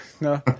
no